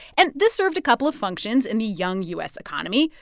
and this served a couple of functions in the young u s. economy.